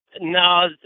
No